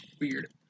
Weird